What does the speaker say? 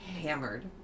hammered